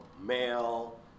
male